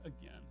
again